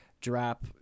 drop